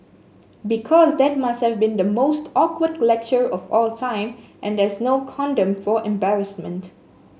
because that must have been the most awkward lecture of all time and there's no condom for embarrassment